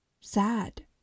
sad